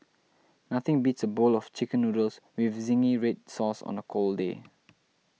nothing beats a bowl of Chicken Noodles with Zingy Red Sauce on a cold day